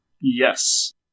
Yes